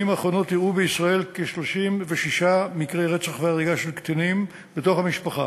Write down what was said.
האחרונות אירעו בישראל כ-36 מקרי רצח והריגה של קטינים בתוך המשפחה.